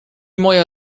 moja